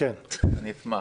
אשמח.